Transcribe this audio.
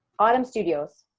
autum studios